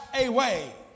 away